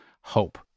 hope